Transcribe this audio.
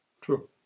true